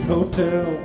Hotel